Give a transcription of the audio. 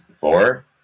Four